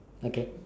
okay